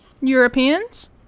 Europeans